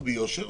וביושר,